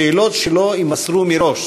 שאלות שלא יימסרו מראש,